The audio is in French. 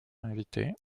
invitée